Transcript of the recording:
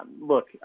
Look